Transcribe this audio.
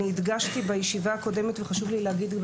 אני הדגשתי בישיבה הקודמת וחשוב לי להגיד את זה